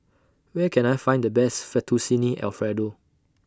Where Can I Find The Best Fettuccine Alfredo